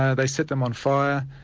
ah they set them on fire,